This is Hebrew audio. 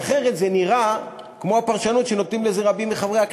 אחרת זה נראה כמו הפרשנות שנותנים לזה רבים מחברי הכנסת,